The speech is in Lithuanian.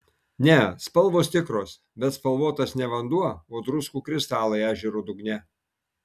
ne spalvos tikros bet spalvotas ne vanduo o druskų kristalai ežero dugne